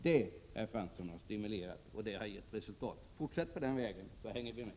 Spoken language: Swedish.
Det, herr Fransson, är sådant som stimulerar, och det har gett resultat. Fortsätt på den vägen, så hänger vi med!